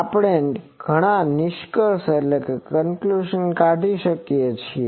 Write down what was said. આપણે ઘણા નિષ્કર્ષ કાઢી શકીએ છીએ